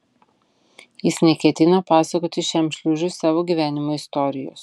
jis neketino pasakoti šiam šliužui savo gyvenimo istorijos